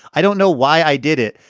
i don't know why i did it,